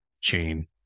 chain